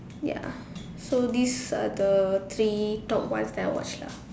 ya so this are the three top ones that I watch lah